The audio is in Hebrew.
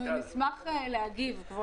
אנחנו נשמח להגיב, כבוד היושב-ראש.